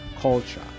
culture